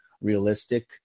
realistic